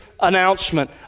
announcement